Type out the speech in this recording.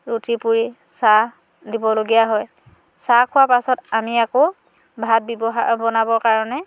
ৰুটি পুৰী চাহ দিবলগীয়া হয় চাহ খোৱাৰ পাছত আমি আকৌ ভাত ব্যৱহাৰ বনাবৰ কাৰণে